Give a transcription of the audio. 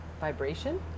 vibration